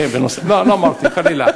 לא אמרתי, חלילה.